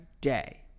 day